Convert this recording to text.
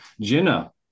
Jenna